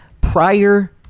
prior